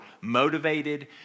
motivated